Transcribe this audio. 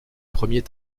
premier